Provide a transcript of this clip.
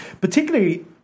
Particularly